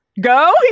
go